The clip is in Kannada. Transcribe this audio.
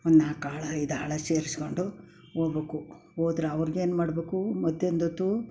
ಒಂದು ನಾಲ್ಕು ಆಳು ಐದು ಆಳು ಸೇರ್ಸ್ಕೊಂಡು ಹೋಗ್ಬೇಕು ಹೋದ್ರೆ ಅವ್ರ್ಗೇನು ಮಾಡಬೇಕು ಮಧ್ಯಾಹ್ನ್ದೊತ್ತು